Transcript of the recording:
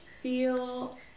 feel